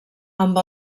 amb